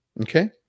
Okay